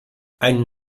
einen